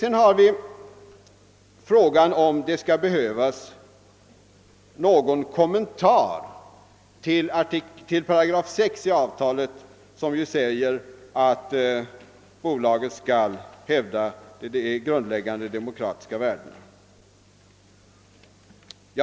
Sedan har vi frågan om det skall behövas någon kommentar till § 6 i avtalet, som säger att bolaget skall hävda de grundläggande demokratiska värdena.